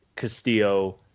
Castillo